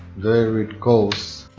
there it goes.